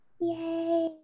Yay